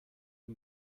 ein